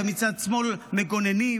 ומצד שמאל מגוננים,